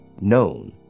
known